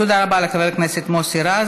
תודה רבה, לחבר הכנסת מוסי רז.